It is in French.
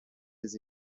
des